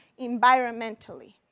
environmentally